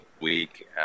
week